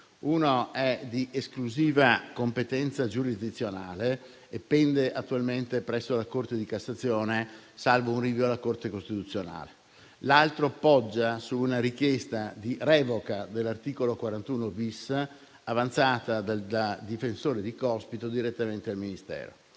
primo è di esclusiva competenza giurisdizionale e pende attualmente presso la Corte di cassazione, salvo un rinvio alla Corte costituzionale; l'altro poggia su una richiesta di revoca dell'articolo 41-*bis* avanzata dal difensore di Cospito direttamente al Ministero.